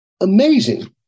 amazing